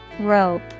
Rope